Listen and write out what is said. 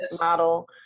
model